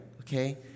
okay